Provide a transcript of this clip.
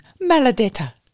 Maladetta